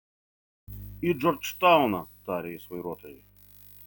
į džordžtauną tarė jis vairuotojui